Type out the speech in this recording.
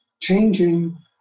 changing